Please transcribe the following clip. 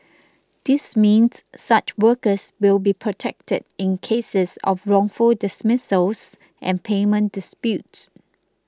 this means such workers will be protected in cases of wrongful dismissals and payment disputes